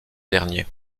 dernier